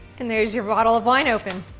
and there's your bottle of wine opened.